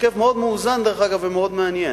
הרכב מאוד מאוזן, דרך אגב, ומאוד מעניין.